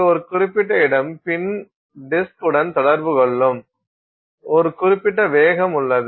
அங்கு ஒரு குறிப்பிட்ட இடம் பின் டிஸ்க் உடன் தொடர்பு கொள்ளும் ஒரு குறிப்பிட்ட வேகம் உள்ளது